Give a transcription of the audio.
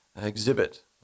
exhibit